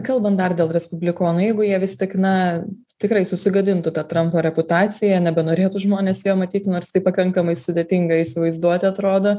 kalbam dar dėl respublikonų jeigu jie vis tik na tikrai susigadintų tą trampo reputaciją nebenorėtų žmonės jo matyti nors tai pakankamai sudėtinga įsivaizduoti atrodo